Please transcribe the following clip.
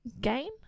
gain